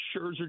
Scherzer